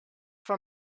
for